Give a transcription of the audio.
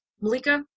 Malika